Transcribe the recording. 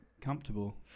comfortable